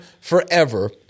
forever